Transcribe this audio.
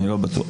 אני לא בטוח,